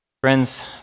Friends